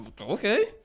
okay